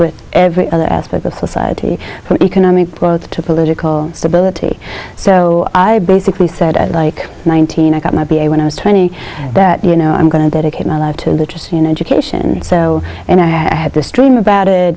with every other aspect of society and economic growth to political stability so i basically said at like nineteen i got my b a when i was twenty that you know i'm going to dedicate my life to literacy and education so and i had this dream about it